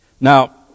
Now